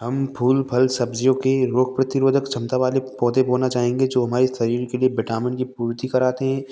हम फूल फल सब्ज़ियों की रोग प्रतिरोधक क्षमता वाले पौधे बोना चाहेंगे जो हमारे शरीर के लिए विटामिन की पूर्ति कराते हैं